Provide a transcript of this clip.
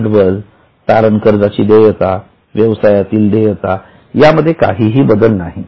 भांडवल तारण कर्जाची देयता व्यवसायातील देयता यामध्ये काहीही बदल नाही